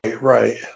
right